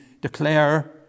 declare